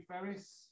Ferris